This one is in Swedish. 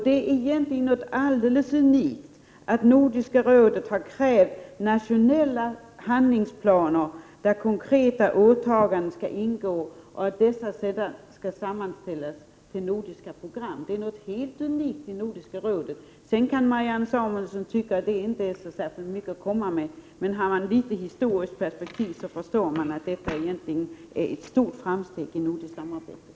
Det är egentligen alldeles unikt att Nordiska rådet har krävt nationella handlingsplaner där konkreta åtaganden skall ingå, som sedan skall sammanställas till nordiska program. Sedan kan Marianne Samuelsson tycka att detta inte är så särskilt mycket att komma med. Men har man ett historiskt perspektiv så förstår man att detta egentligen är ett stort framsteg i nordiskt samarbete.